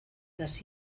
las